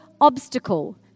obstacle